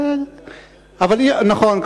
נכון,